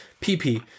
PP